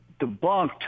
debunked